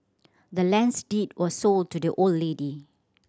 the land's deed was sold to the old lady